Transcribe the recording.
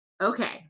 Okay